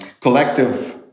collective